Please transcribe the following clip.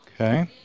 Okay